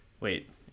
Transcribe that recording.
wait